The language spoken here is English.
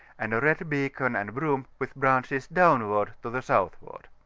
and a red beacon and broom, with branches downward, to the southward.